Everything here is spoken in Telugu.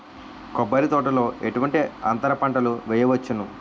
కొబ్బరి తోటలో ఎటువంటి అంతర పంటలు వేయవచ్చును?